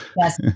Yes